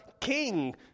king